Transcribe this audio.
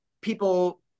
people